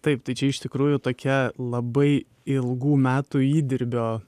taip tai čia iš tikrųjų tokia labai ilgų metų įdirbio